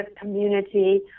community